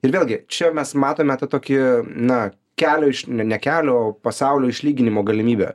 ir vėlgi čia mes matome tą tokį na kelio iš ne ne kelio o pasaulio išlyginimo galimybę